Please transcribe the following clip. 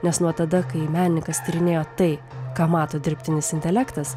nes nuo tada kai menininkas tyrinėjo tai ką mato dirbtinis intelektas